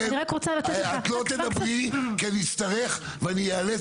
ואת לא תדברי כי אני אצטרך ואני אאלץ